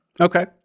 Okay